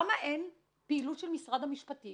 אבל למה אין פעילות של משרד המשפטים